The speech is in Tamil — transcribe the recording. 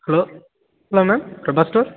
hello hello ma'am செபாஸ்டர்